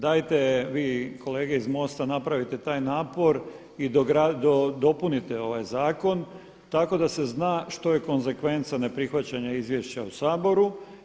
Dajte vi kolege iz MOST-a napravite taj napor i dopunite ovaj zakon, tako da se zna što je konsekvenca neprihvaćanja izvješća u Saboru.